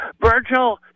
Virgil